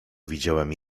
widziałem